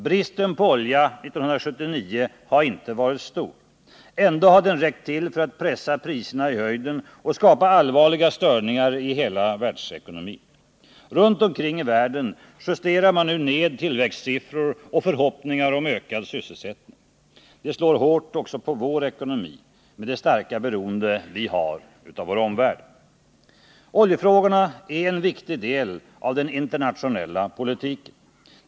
Bristen på olja 1979 har inte varit stor. Ändå har den räckt till för att pressa priserna i höjden och skapa allvarliga störningar i hela världsekonomin. Runt omkring i världen justerar man nu ned tillväxtsiffror och förhoppningar om ökad sysselsättning. Det slår hårt också på vår ekonomi, med det starka beroende vi har av vår omvärld. Oljefrågorna är en viktig del av den internationella politiken.